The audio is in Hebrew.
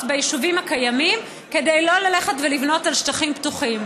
ביישובים הקיימים כדי שלא ללכת ולבנות על שטחים פתוחים.